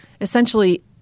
essentially